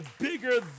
bigger